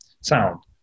sound